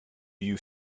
you